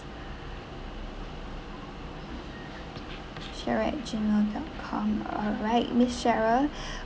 sarah at gmail dot com alright miss sarah